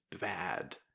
bad